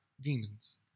demons